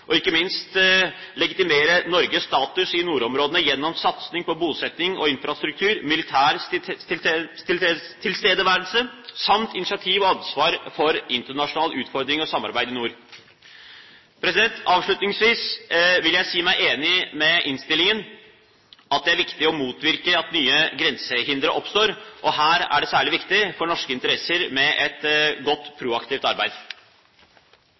og ikke minst legitimere Norges status i nordområdene gjennom satsing på bosetting og infrastruktur, militær tilstedeværelse samt initiativ og ansvar for internasjonale utfordringer og samarbeid i nord. Avslutningsvis vil jeg si meg enig i det som står i innstillingen, at det er viktig å motvirke at nye grensehindre oppstår. Her er det særlig viktig for norske interesser med et godt proaktivt arbeid.